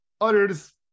Others